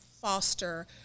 foster